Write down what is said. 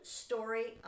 story